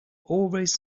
always